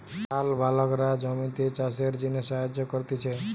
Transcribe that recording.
রাখাল বাগলরা জমিতে চাষের জিনে সাহায্য করতিছে